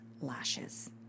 lashes